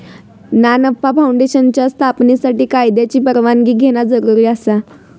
ना नफा फाऊंडेशनच्या स्थापनेसाठी कायद्याची परवानगी घेणा जरुरी आसा